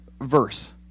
verse